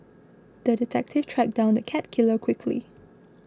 the detective tracked down the cat killer quickly